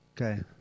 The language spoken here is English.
Okay